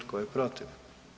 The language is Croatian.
Tko je protiv?